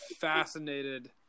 fascinated